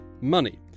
money